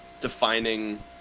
defining